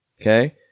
okay